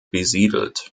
besiedelt